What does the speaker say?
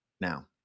now